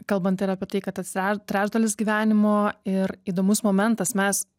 kalbant ir apie tai kad atsira trečdalis gyvenimo ir įdomus momentas mes